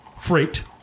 freight